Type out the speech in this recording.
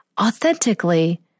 authentically